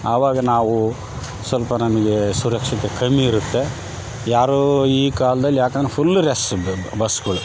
ಆವಾಗ ನಾವು ಸ್ವಲ್ಪ ನಮಗೆ ಸುರಕ್ಷತೆ ಕಮ್ಮಿ ಇರುತ್ತೆ ಯಾರು ಈ ಕಾಲ್ದಲ್ಲಿ ಯಾಕಂದ್ರೆ ಫುಲ್ ರೆಶ್ ಬಸ್ಗಳು